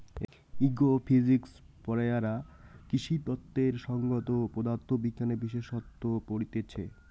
agro physics পড়াইয়ারা কৃষিতত্ত্বের সংগত পদার্থ বিজ্ঞানের বিশেষসত্ত পড়তিছে